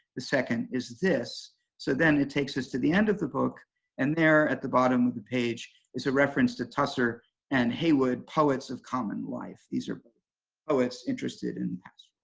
the second is this so then it takes us to the end of the book and there at the bottom of the page is a reference to tusser and heywood poets of common life, these are poets interested in